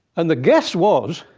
and the guess was.